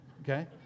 Okay